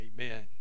Amen